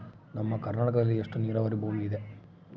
ನಮ್ಮ ಕರ್ನಾಟಕದಲ್ಲಿ ಎಷ್ಟು ನೇರಾವರಿ ಭೂಮಿ ಇದೆ?